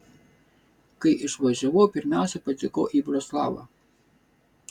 kai išvažiavau pirmiausia patekau į vroclavą